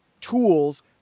tools